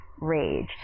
rage